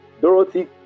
Dorothy